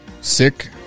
sick